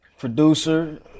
Producer